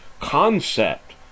concept